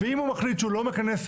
ואם הוא מחליט שהוא לא מכנס,